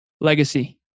Legacy